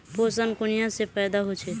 पोषण कुनियाँ से पैदा होचे?